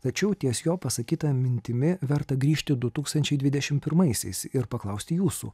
tačiau ties jo pasakyta mintimi verta grįžti du tūkstančiai dvidešimt pirmaisiais ir paklausti jūsų